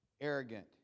Arrogant